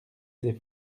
des